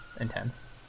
intense